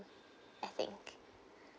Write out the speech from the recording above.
I think